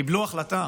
קיבלו החלטה